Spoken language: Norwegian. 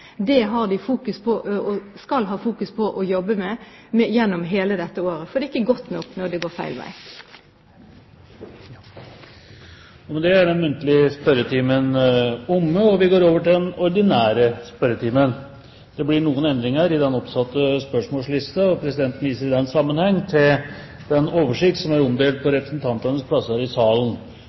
Det skal de fokusere på å jobbe med gjennom hele dette året, for det er ikke godt nok når det går feil vei. Med det er den muntlige spørretimen omme, og vi går over til den ordinære spørretimen. Det blir noen endringer i den oppsatte spørsmålslisten, og presidenten viser i den sammenheng til den oversikt som er omdelt på representantenes plasser i salen.